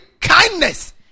kindness